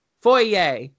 foyer